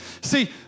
See